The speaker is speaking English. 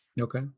Okay